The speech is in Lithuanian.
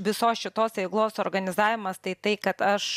visos šitos veiklos organizavimas tai tai kad aš